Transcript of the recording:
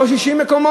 לא 60 מקומות.